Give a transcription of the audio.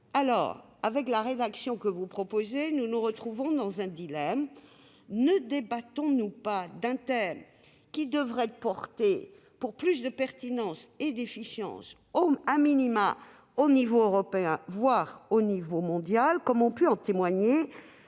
Avec la rédaction que vous proposez, nous nous retrouvons face à un dilemme : ne débattons-nous pas d'un thème qui devrait être porté, pour plus de pertinence et d'efficience, au niveau européen, voire au niveau mondial, comme ont pu en témoigner